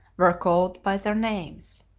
were called by their names.